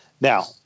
Now